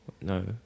No